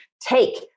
take